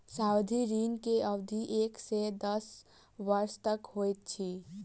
सावधि ऋण के अवधि एक से दस वर्ष तक होइत अछि